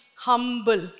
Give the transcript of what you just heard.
humble